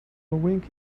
wink